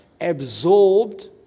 absorbed